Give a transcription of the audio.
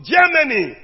Germany